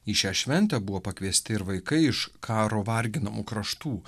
į šią šventę buvo pakviesti ir vaikai iš karo varginamų kraštų